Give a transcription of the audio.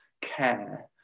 care